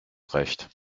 recht